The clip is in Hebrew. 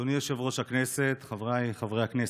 אדוני יושב-ראש הכנסת, חבריי חברי הכנסת,